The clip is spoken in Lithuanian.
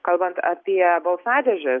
kalbant apie balsadėžes